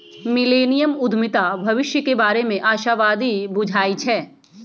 millennium उद्यमीता भविष्य के बारे में आशावादी बुझाई छै